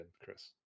Chris